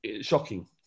shocking